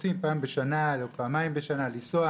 כשרוצים פעם בשנה, או פעמיים בשנה לנסוע,